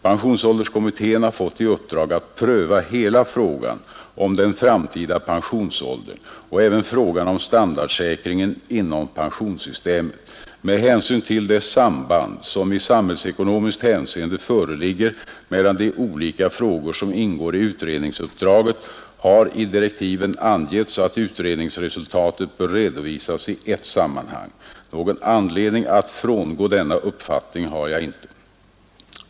Pensionsålderskommittén har fått i uppdrag att pröva hela frågan om den framtida pensionsåldern och även frågan om standardsäkringen inom pensionssystemet. Med hänsyn till det samband som i samhällsekonomiskt hänseende föreligger mellan de olika frågor som ingår i utredningsuppdraget har i direktiven angetts att utredningsresultatet bör redovisas i ett sammanhang. Någon anledning att frångå denna uppfattning har jag inte.